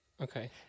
Okay